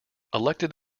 elected